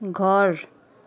घर